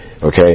Okay